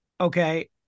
Okay